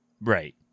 Right